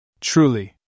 Truly